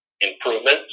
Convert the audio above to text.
improvements